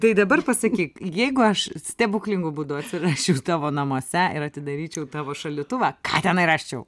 tai dabar pasakyk jeigu aš stebuklingu būdu atsirasčiau tavo namuose ir atidaryčiau tavo šaldytuvą ką tenai rasčiau